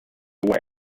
aware